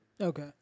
Okay